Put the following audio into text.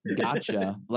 gotcha